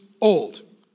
old